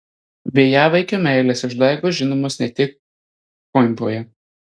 vėjavaikio meilės išdaigos žinomos ne tik koimbroje